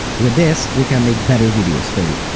with this, we can make better videos for you.